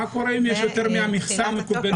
מה קורה אם יש יותר מהמכסה המקובלת?